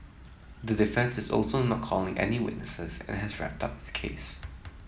the defence is also not calling any witnesses and has wrapped up its case